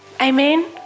Amen